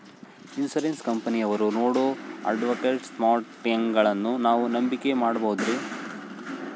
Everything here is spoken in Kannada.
ಇನ್ಸೂರೆನ್ಸ್ ಕಂಪನಿಯವರು ನೇಡೋ ಅಡ್ವರ್ಟೈಸ್ಮೆಂಟ್ಗಳನ್ನು ನಾವು ನಂಬಿಕೆ ಮಾಡಬಹುದ್ರಿ?